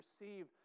receive